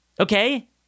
Okay